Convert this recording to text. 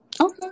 Okay